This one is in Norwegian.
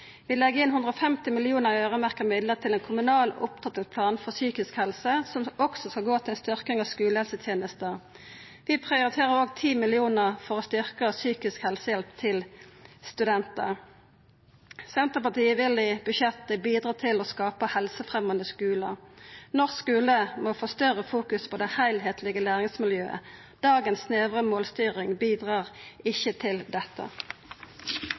Vi legg inn 150 mill. kr i øyremerkte midlar til ein kommunal opptrappingsplan for psykisk helse som også skal gå til ei styrking av skulehelsetenesta. Vi prioriterer òg 10 mill. kr for å styrkja psykisk helsehjelp til studentar. Senterpartiet vil i budsjettet bidra til å skapa helsefremjande skular. Norsk skule må få større fokus på det heilskaplege læringsmiljøet. Dagens snevre målstyring bidreg ikkje til dette.